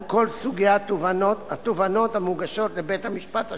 כל סוגי התובענות המוגשות לבית-משפט השלום.